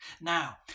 Now